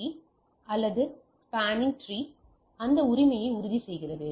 B அல்லது இந்த spinning tree அந்த உரிமையை உறுதி செய்கிறது